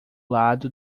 lado